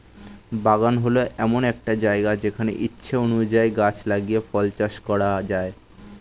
বাগান হল এমন একটা জায়গা যেখানে ইচ্ছা অনুযায়ী গাছ লাগিয়ে ফল চাষ করা যায়